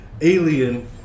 alien